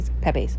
Pepe's